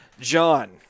John